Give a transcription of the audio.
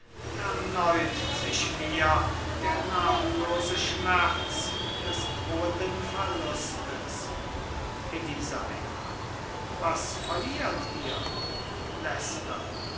erneut sich mir der namenlose schmerz des drohenden verlustes elisabeth was verliert ihr